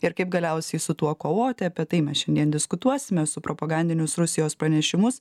ir kaip galiausiai su tuo kovoti apie tai mes šiandien diskutuosime su propagandinius rusijos pranešimus